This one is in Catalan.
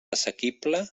assequible